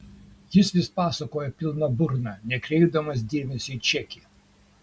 jis vis pasakojo pilna burna nekreipdamas dėmesio į čekį